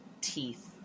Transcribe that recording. teeth